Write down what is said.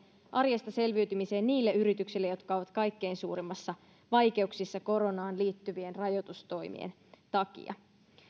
arjesta selviytymiseen niille yrityksille jotka ovat kaikkein suurimmissa vaikeuksissa koronaan liittyvien rajoitustoimien takia